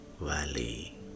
valley